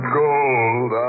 gold